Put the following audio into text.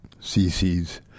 cc's